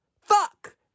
fuck